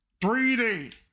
3D